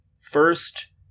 first